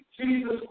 Jesus